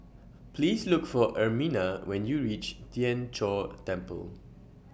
Please Look For Ermina when YOU REACH Tien Chor Temple